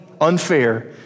unfair